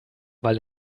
weil